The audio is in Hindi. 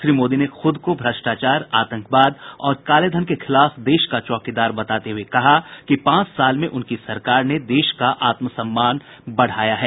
श्री मोदी ने खुद को भ्रष्टाचार आतंकवाद और कालेधन के खिलाफ देश का चौकीदार बताते हुए कहा कि पांच साल में उनकी सरकार ने देश का आत्मसम्मान बढाया है